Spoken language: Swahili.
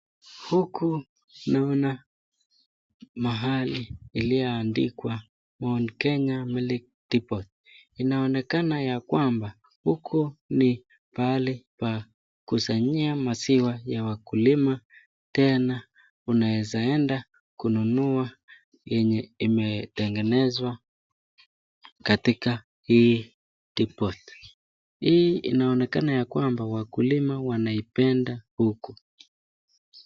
Huku naona mahali iliyoandikwa 'Mount Kenya Milk Depot'. Inaonekana ya kwamba, huku ni pahali pa kusanyia maziwa ya wakulima, tena unaeza enda kununua yenye imetengenezwa katika hii cs[depot]cs.Hii inaonekana ya kwamba, wakulima wanaipenda huku.